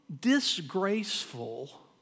disgraceful